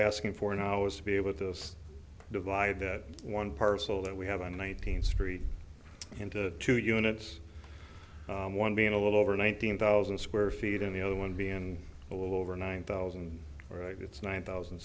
asking for now is to be able to divide that one parcel that we have and nineteenth street into two units one being a little over nineteen thousand square feet and the other one being a little over nine thousand right it's nine thousand